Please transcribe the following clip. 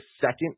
second